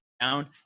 down